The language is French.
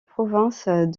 province